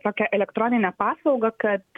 tokią elektroninę paslaugą kad